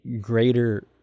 greater